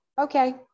okay